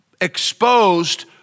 exposed